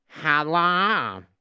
Hello